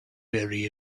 bury